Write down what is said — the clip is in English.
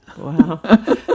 wow